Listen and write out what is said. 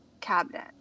cabinet